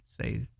say